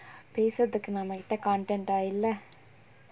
பேசறதுக்கு நம்மகிட்ட:pesrathukku nammakitta content ah இல்ல:illa